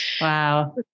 Wow